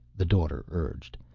the daughter urged.